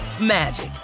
magic